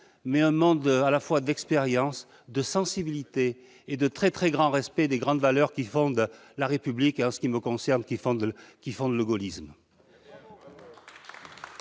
!-, un monde à la fois d'expérience, de sensibilité et de très grand respect des grandes valeurs qui fondent la République et, en ce qui me concerne, qui fondent le gaullisme.